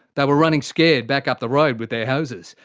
they were running scared back up the road with their hoses.